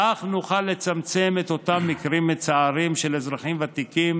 כך נוכל לצמצם את אותם מקרים מצערים של אזרחים ותיקים